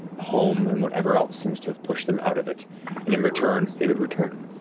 home and whatever else seems to have pushed them out of it and in return, they would return.